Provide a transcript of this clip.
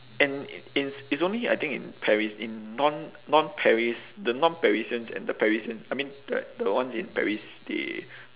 and it's it's only I think in paris in non non paris the non parisians and the parisians I mean the the ones in paris they